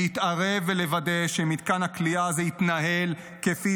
להתערב ולוודא שמתקן הכליאה הזה יתנהל כפי